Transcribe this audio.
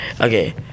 Okay